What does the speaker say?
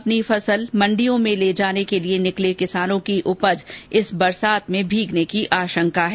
अपनी फसल मंडियों में ले जाने के लिए निकले किसानों की उपज इस बरसात में भीगने की आशंका है